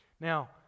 Now